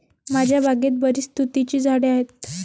माझ्या बागेत बरीच तुतीची झाडे आहेत